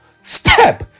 step